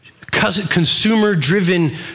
consumer-driven